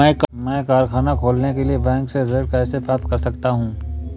मैं कारखाना खोलने के लिए बैंक से ऋण कैसे प्राप्त कर सकता हूँ?